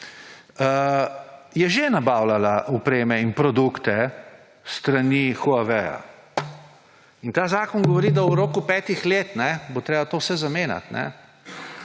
je že nabavljala opreme in produkte s strani Huaweia in ta zakon govori, da v roku petih let bo treba vse to zamenjati,